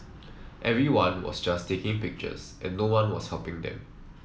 everyone was just taking pictures and no one was helping them